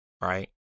right